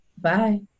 Bye